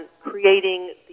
creating